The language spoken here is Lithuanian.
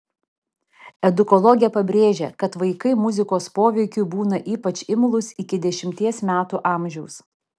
edukologė pabrėžia kad vaikai muzikos poveikiui būna ypač imlūs iki dešimties metų amžiaus